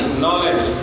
knowledge